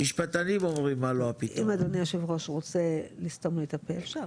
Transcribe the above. אם אדוני יושב הראש רוצה לסתום לי את הפה, אפשר.